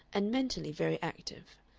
and mentally very active.